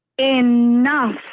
enough